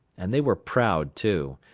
and they were proud, too.